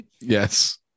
Yes